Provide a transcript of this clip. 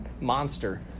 monster